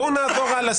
בואו נעבור הלאה.